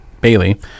Bailey